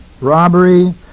robbery